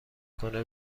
کنه